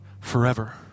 forever